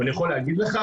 ואני יכול להגיד לך